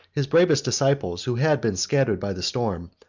his bravest disciples, who had been scattered by the storm,